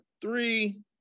three